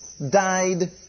died